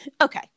Okay